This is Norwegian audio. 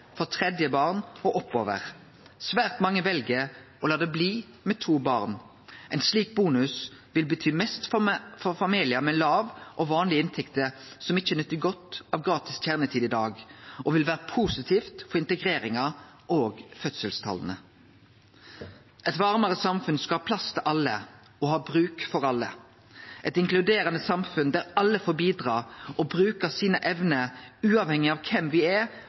for tredje barn og oppover. Svært mange vel å la det bli med to barn. Ein slik bonus vil bety mest for familiar med låge eller vanlege inntekter som ikkje nyt godt av gratis kjernetid i dag, og vil vere positivt for integreringa og fødselstala. Eit varmare samfunn skal ha plass til alle og ha bruk for alle – eit inkluderande samfunn der alle får bidra og bruke evnene sine, uavhengig av kven me er,